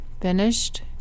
finished